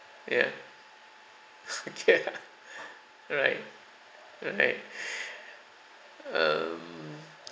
ya ya right right um